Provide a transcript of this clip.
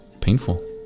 painful